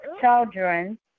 children